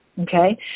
Okay